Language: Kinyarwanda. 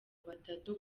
batatu